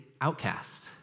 outcast